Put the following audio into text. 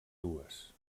dues